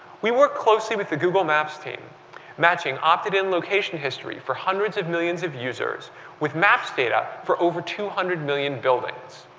we work closely with the google maps team matching opted-in location history for hundreds of millions of users with maps data for over two hundred million buildings.